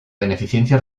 beneficencia